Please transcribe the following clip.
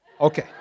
Okay